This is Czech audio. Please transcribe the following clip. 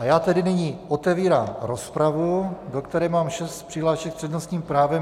Já tedy nyní otevírám rozpravu, do které mám šest přihlášek s přednostním právem.